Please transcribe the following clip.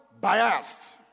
biased